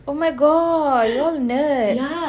oh my god you all nerds